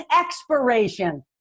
expiration